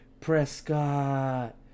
Prescott